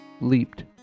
leaped